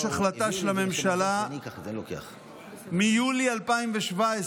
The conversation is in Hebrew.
יש החלטה של הממשלה מיולי 2017,